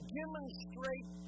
demonstrate